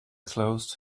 closed